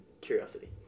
curiosity